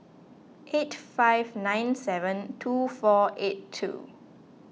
eight five nine seven two four eight two